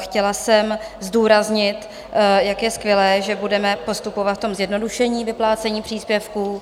Chtěla jsem zdůraznit, jak je skvělé, že budeme postupovat v tom zjednodušení vyplácení příspěvků.